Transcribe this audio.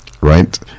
Right